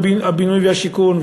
הבינוי והשיכון,